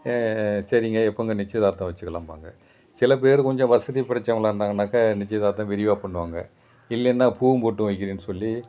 சரிங்க எப்போதுங்க நிச்சயதார்த்தம் வைச்சுக்கலாம்பாங்க சில பேர் கொஞ்சம் வசதி படைத்தவங்களா இருந்தாங்கனாக்கால் நிச்சயதார்த்தம் விரிவாக பண்ணுவாங்க இல்லைனா பூவும் பொட்டும் வைக்கிறேன்னு சொல்லி